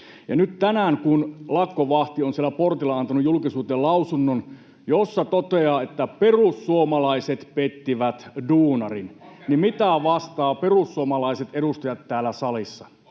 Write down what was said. nyt tänään, kun lakkovahti on siellä portilla antanut julkisuuteen lausunnon, jossa toteaa, että perussuomalaiset pettivät duunarin, [Miko Bergbom: Lonkeropäissään!] niin mitä vastaavat perussuomalaiset edustajat täällä salissa?